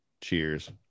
cheers